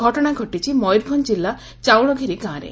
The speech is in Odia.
ଘଟଣା ଘଟିଛି ମୟରଭଞ ଜିଲ୍ଲା ଚାଉଳଘେରି ଗାଁରେ